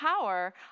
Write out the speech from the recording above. power